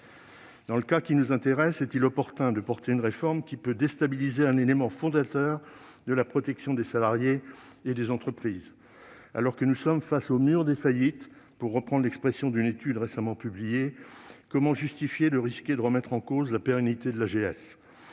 Dans le cas qui nous intéresse, est-il opportun de porter une réforme susceptible de déstabiliser un élément fondateur de la protection des salariés et des entreprises ? Alors que nous sommes « face au mur des faillites », pour reprendre l'expression d'une étude récemment publiée, comment justifier de risquer de remettre en cause la pérennité de l'AGS ?